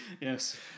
Yes